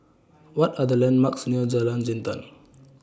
What Are The landmarks near Jalan Jintan